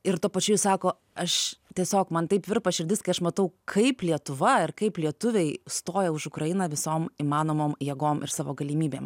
ir tuo pačiu ji sako aš tiesiog man taip virpa širdis kai aš matau kaip lietuva ir kaip lietuviai stoja už ukrainą visom įmanomom jėgom ir savo galimybėm